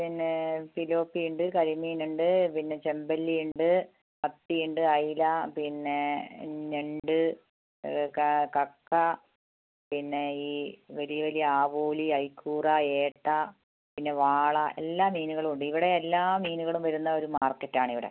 പിന്നേ പിലോപ്പിയുണ്ട് കരിമീനുണ്ട് പിന്നെ ചെമ്പല്ലിയുണ്ട് മത്തിയുണ്ട് അയില പിന്നേ ഞണ്ട് കക്കാ പിന്നെ ഈ വലിയ വലിയ ആവോലി ഐക്കൂറ ഏട്ടാ പിന്നെ വാളാ എല്ലാ മീനുകളും ഉണ്ട് ഇവിടെ എല്ലാ മീനുകളും വരുന്ന ഒരു മാർക്കറ്റാണിവിടെ